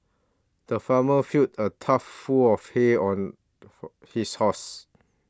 the farmer filled a tough full of hay on for his horse